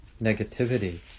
negativity